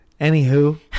Anywho